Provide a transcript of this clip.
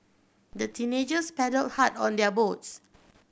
the teenagers paddled hard on their boat